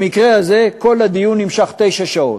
במקרה הזה כל הדיון נמשך תשע שעות.